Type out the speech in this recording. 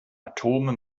atome